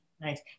Nice